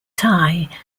tie